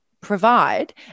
provide